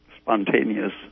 spontaneous